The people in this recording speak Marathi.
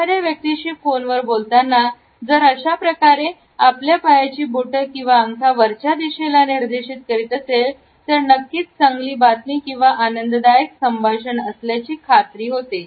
एखाद्या व्यक्तीशी फोनवर बोलताना जर कशाप्रकारे आपल्या पायांची बोटं किंवा अंगठा वरच्या दिशेला निर्देशीत करीत असेल तर नक्कीच चांगली बातमी किंवा आनंददायक संभाषण असल्याची खात्री होते